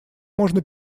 можно